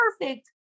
perfect